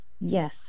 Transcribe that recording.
Yes